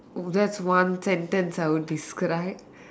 that's one sentence I would describe